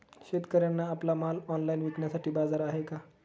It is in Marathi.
शेतकऱ्यांना आपला माल ऑनलाइन विकण्यासाठी बाजार आहे का?